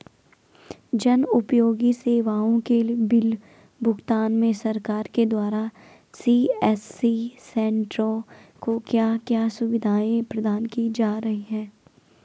जन उपयोगी सेवाओं के बिल भुगतान में सरकार के द्वारा सी.एस.सी सेंट्रो को क्या क्या सुविधाएं प्रदान की जा रही हैं?